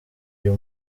uyu